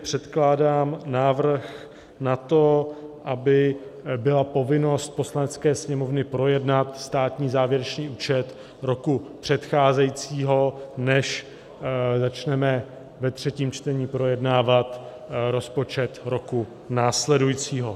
Předkládám návrh na to, aby byla povinnost Poslanecké sněmovny projednat státní závěrečný účet roku předcházejícího, než začneme ve třetím čtení projednávat rozpočet roku následujícího.